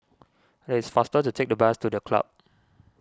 it is faster to take the bus to the Club